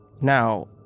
now